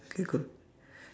circle